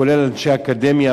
כולל אנשי אקדמיה,